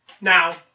Now